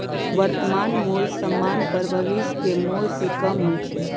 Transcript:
वर्तमान मोल समान्य पर भविष्य के मोल से कम होइ छइ